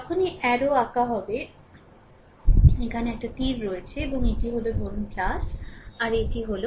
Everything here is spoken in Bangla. যখনই অ্যারো আঁকা হবে এখানে একটা তীর রয়েছে এবং এটি হল ধরুন আর এটি হল